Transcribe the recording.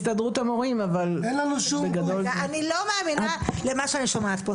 אני לא מאמינה למה שאני שומעת פה.